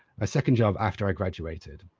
ah second job after i graduated.